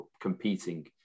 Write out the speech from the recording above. competing